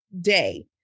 day